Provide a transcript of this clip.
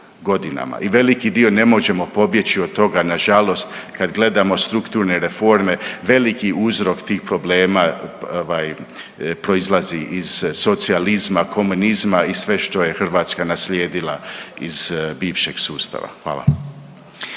i veliki dio ne možemo pobjeći od toga nažalost. Kad gledamo strukturne reforme veliki uzrok tih problema proizlazi iz socijalizma, komunizma i sve što je Hrvatska naslijedila iz bivšeg sustava. Hvala.